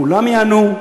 כולם ייהנו,